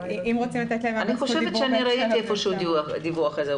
חושבת שראיתי איזשהו דיווח כזה.